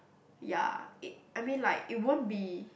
ya it I mean like it won't be